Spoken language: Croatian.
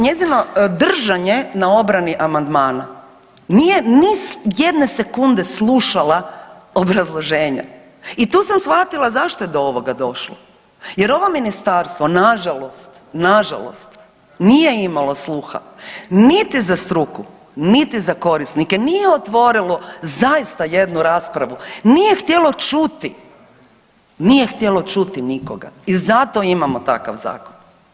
Njezino, njezino držanje na obrani amandmana, nije nijedne sekunde slušala obrazloženje i tu sam shvatila zašto je do ovoga došlo jer ovo ministarstvo nažalost, nažalost nije imalo sluha, niti za struku, niti za korisnike nije otvorilo zaista jednu raspravu, nije htjelo čuti, nije htjelo čuti nikoga i zato imamo takav zakon.